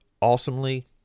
Awesomely